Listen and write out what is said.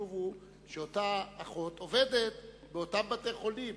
החשוב הוא שאותה אחות עובדת באותם בתי-חולים.